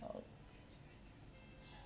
oh